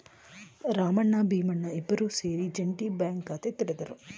ರಾಮಣ್ಣ ಭೀಮಣ್ಣ ಇಬ್ಬರೂ ಸೇರಿ joint bank ಖಾತೆ ತೆರೆದರು